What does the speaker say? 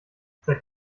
seit